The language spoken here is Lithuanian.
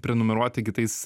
prenumeruoti kitais